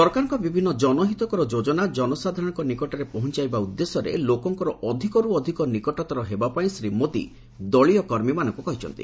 ସରକାରଙ୍କର ବିଭିନ୍ନ ଜନହିତକର ଯୋଜନା ଜନସାଧାରଣଙ୍କ ନିକଟରେ ପହଞ୍ଚାଇବା ଉଦ୍ଦେଶ୍ୟରେ ଲୋକଙ୍କର ଅଧିକରୁ ଅଧିକ ନିକଟତର ହେବା ପାଇଁ ଶ୍ରୀ ମୋଦି ଦଳୀୟ କର୍ମୀମାନଙ୍କୁ କହିଛନ୍ତି